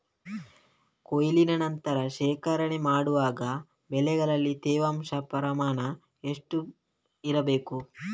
ಕೊಯ್ಲಿನ ನಂತರ ಶೇಖರಣೆ ಮಾಡುವಾಗ ಬೆಳೆಯಲ್ಲಿ ತೇವಾಂಶದ ಪ್ರಮಾಣ ಎಷ್ಟು ಇರಬೇಕು?